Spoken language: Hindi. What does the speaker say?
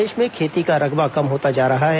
प्रदेश में खेती का रकबा कम होते जा रहा है